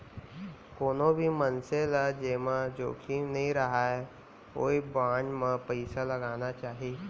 कोनो भी मनसे ल जेमा जोखिम नइ रहय ओइ बांड म पइसा लगाना चाही